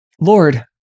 Lord